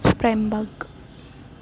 స్ప్రేంబక్